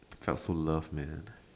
just love man